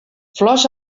flors